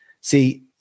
See